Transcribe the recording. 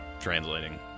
Translating